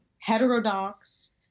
heterodox